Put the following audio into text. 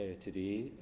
today